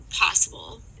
possible